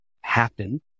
happen